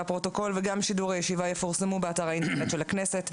והפרוטוקול וגם שידור הישיבה יפורסמו באתר האינטרנט של הכנסת.